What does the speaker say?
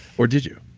or did you?